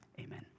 amen